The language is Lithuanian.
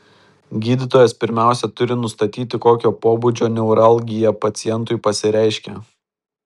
gydytojas pirmiausia turi nustatyti kokio pobūdžio neuralgija pacientui pasireiškia